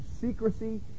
secrecy